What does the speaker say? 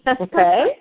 Okay